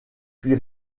puis